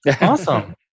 Awesome